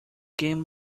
came